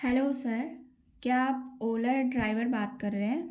hello sir क्या आप Ola driver बात कर रहे हैं